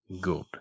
Good